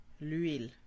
L'huile